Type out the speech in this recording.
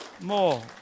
more